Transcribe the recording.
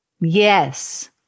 Yes